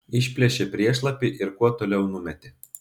išplėšė priešlapį ir kuo toliau numetė